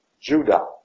Judah